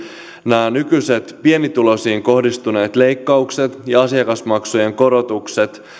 nämä nykyiset pienituloisiin kohdistuneet leikkaukset ja asiakasmaksujen korotukset